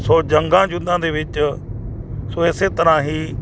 ਸੋ ਜੰਗਾਂ ਯੁੱਧਾਂ ਦੇ ਵਿੱਚ ਸੋ ਇਸੇ ਤਰ੍ਹਾਂ ਹੀ